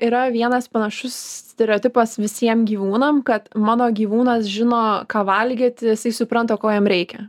yra vienas panašus stereotipas visiem gyvūnam kad mano gyvūnas žino ką valgyt jisai supranta ko jam reikia